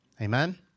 Amen